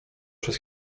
przez